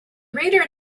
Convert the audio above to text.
reader